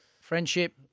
friendship